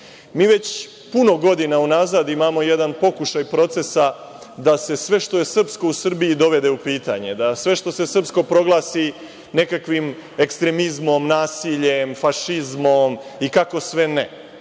već puno godina unazad imamo jedan pokušaj procesa da se sve što je srpsko u Srbiji dovede u pitanje da sve što je srpsko proglasi nekakvim ekstremizmom, nasiljem, fašizmom i kako sve ne.